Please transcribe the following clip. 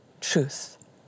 truth